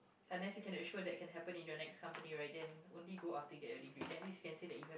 unless you can assure that can happen in your next company right then only go after get your degree unless you can say the work